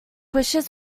wishes